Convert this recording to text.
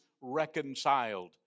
reconciled